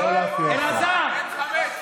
לא הבדל בין אנשים.